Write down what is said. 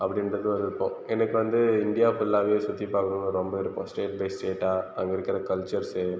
அப்படின்றது விருப்பம் எனக்கு வந்து இந்தியா ஃபுல்லாகவே சுற்றி பார்க்கணுன்னு ரொம்ப விருப்பம் ஸ்டேட் பை ஸ்டேட்டாக அங்கே இருக்கிற கல்ச்சர்ஸ்